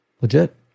legit